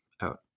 out